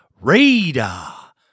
radar